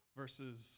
versus